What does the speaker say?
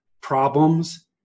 problems